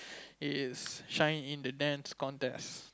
it's shine in the Dance Contest